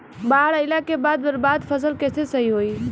बाढ़ आइला के बाद बर्बाद फसल कैसे सही होयी?